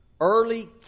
early